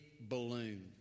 balloon